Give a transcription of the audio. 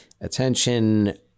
attention